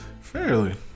fairly